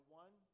one